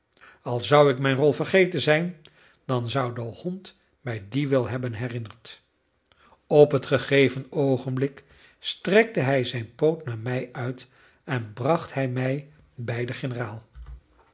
al zou ik mijn rol vergeten zijn dan zou de hond mij die wel hebben herinnerd op het gegeven oogenblik strekte hij zijn poot naar mij uit en bracht hij mij bij den generaal